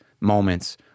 moments